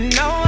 no